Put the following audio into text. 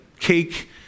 Cake